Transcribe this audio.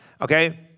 Okay